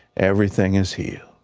everything is healed.